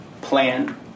plan